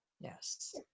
Yes